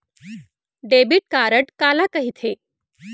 Debit card काला कहिथे?